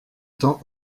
temps